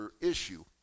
issue